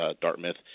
Dartmouth